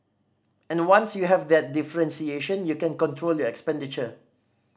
and once you have that differentiation you can control your expenditure